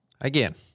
again